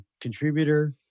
contributor